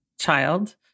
child